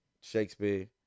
Shakespeare